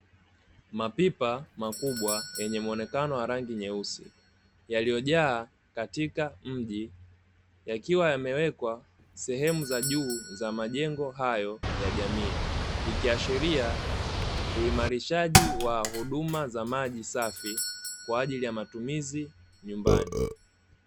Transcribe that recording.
Mapipa makubwa yenye muonekano wa rangi nyeusi yaliyojaa katika mji yakiwa yamewekwa sehemu za juu za majengo hayo ya jamii, ikiashiria kuimarishaji wa huduma za maji safi kwa ajili ya matumizi nyumbani.